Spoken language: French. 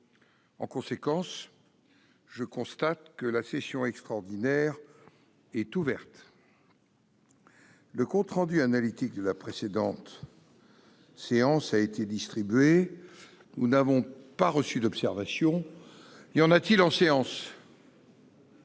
En conséquence, je constate que la session extraordinaire est ouverte. Le compte rendu analytique de la précédente séance a été distribué. Il n'y a pas d'observation ?... Le